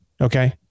Okay